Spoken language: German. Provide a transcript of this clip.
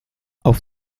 auf